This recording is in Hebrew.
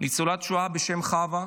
ניצולת שואה בשם חווה,